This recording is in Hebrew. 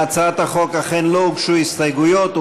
להצעת החוק אכן לא הוגשו הסתייגויות.